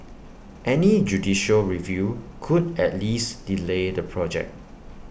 any judicial review could at least delay the project